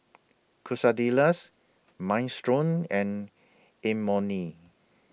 Quesadillas Minestrone and Imoni